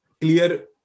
clear